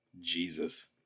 Jesus